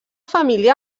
família